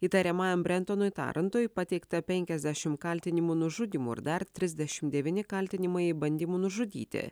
įtariamajam brentonui tarantui pateikta penkiasdešim kaltinimų nužudymu ir dar trisdešim devyni kaltinimai bandymu nužudyti